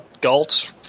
Galt